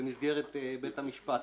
במסגרת בית המשפט.